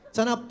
Sana